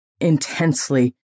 intensely